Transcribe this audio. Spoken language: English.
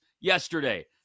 yesterday